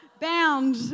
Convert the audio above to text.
bound